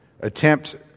attempt